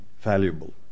valuable